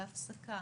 בהפסקה,